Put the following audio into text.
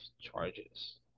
charges